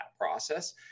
process